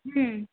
ಹ್ಞೂ